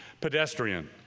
pedestrian